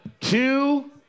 two